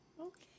Okay